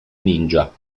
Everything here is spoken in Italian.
ninja